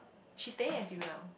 she staying at N_T_U now